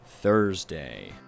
Thursday